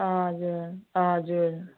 हजुर हजुर